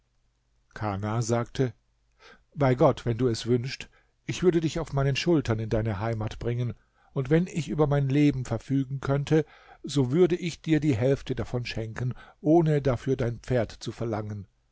kana sagte bei gott wenn du es wünschest ich würde dich auf meinen schultern in deine heimat bringen und wenn ich über mein leben verfügen könnte so würde ich dir die hälfte davon schenken ohne dafür dein pferd zu verlangen